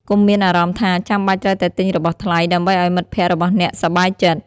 កុំមានអារម្មណ៍ថា ចាំបាច់ត្រូវតែទិញរបស់ថ្លៃ ដើម្បីឱ្យមិត្តភក្តិរបស់អ្នកសប្បាយចិត្ត។